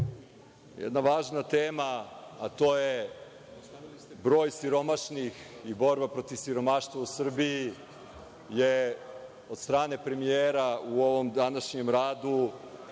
jedna važna tema, a to je broj siromašnih i borba protiv siromaštva u Srbiji je od strane premijera u ovom današnjem radu